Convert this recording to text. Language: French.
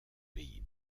pays